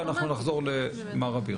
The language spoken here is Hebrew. ונחזור למר אביר.